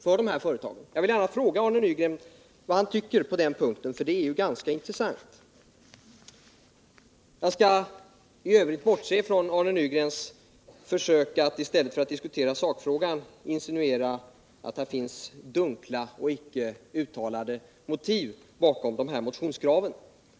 Jag vill gärna veta vad Arne Nygren tycker på den punkten, för det är ganska intressant. Jag skall i övrigt bortse från Arne Nygrens försök att i stället för att diskutera sakfrågan insinuera att det finns dunkla och icke uttalade motiv bakom de här motionskraven.